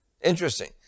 Interesting